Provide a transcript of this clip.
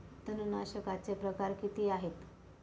तणनाशकाचे प्रकार किती आहेत?